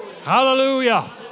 hallelujah